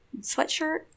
Sweatshirt